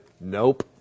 Nope